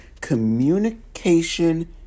communication